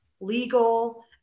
legal